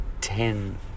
ten